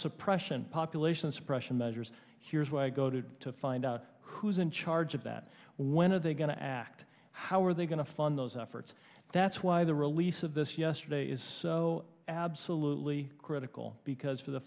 suppression population suppression measures here's where i go to find out who's in charge of that when are they going to act how are they going to fund those efforts that's why the release of this yesterday it is so absolutely critical because for the